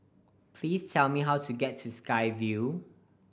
please tell me how to get to Sky Vue